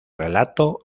relato